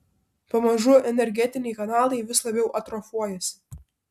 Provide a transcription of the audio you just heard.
pamažu energetiniai kanalai vis labiau atrofuojasi